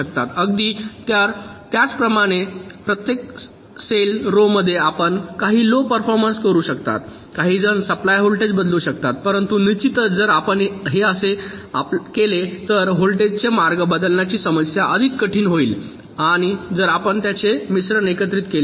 तर अगदी त्याच प्रमाणित सेल रो मध्ये आपण काही लो परफॉर्मन्स करू शकता काहीजण सप्लाय व्होल्टेज बदलू शकतात परंतु निश्चितच जर आपण हे केले तर व्होल्टेजेस चे मार्ग बदलण्याची समस्या अधिक कठीण होईल जर आपण त्यांचे मिश्रण एकत्रित केले तर